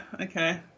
okay